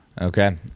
Okay